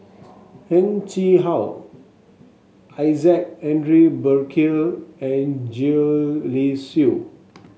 Heng Chee How Isaac Henry Burkill and Gwee Li Sui